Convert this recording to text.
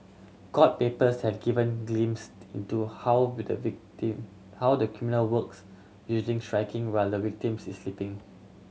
court papers have given glimpsed into how how the criminal works usually striking while the victims is sleeping